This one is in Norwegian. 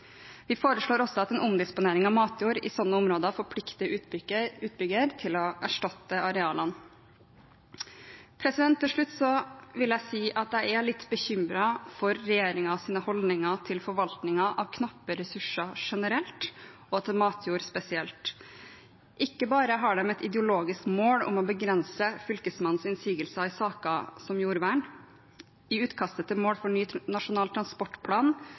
Vi foreslår også at en omdisponering av matjord i slike områder forplikter utbygger til å erstatte arealene. Til slutt vil jeg si at jeg er litt bekymret for regjeringens holdninger til forvaltningen av knappe ressurser generelt og til matjord spesielt. Ikke bare har de et ideologisk mål om å begrense Fylkesmannens innsigelser i saker som jordvern. I utkastet til mål for ny nasjonal transportplan